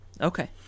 Okay